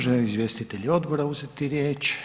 Žele li izvjestitelji odbora uzeti riječ?